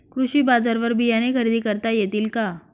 कृषी बाजारवर बियाणे खरेदी करता येतील का?